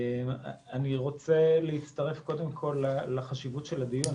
אני רוצה להצטרף לחשיבות של הדיון.